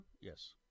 Yes